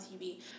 tv